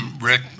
Rick